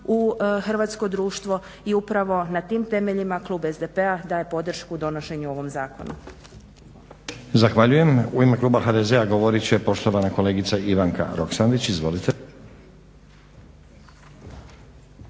u hrvatsko društvo i upravo na tim temeljima klub SDP-a daje podršku donošenju ovog zakona.